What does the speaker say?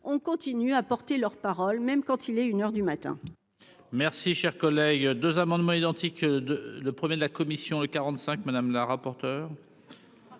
on continue à porter leur parole, même quand il est une heure du matin.